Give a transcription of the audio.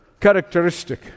characteristic